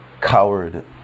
coward